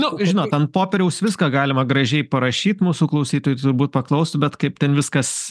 nu žinot ant popieriaus viską galima gražiai parašyt mūsų klausytojai turbūt paklaus bet kaip ten viskas